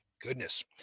goodness